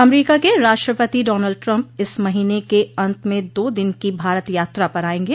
अमरीका के राष्ट्रपति Donald Trump इस महीने के अंत में दो दिन की भारत यात्रा पर आएंगे